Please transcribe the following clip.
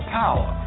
power